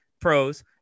pros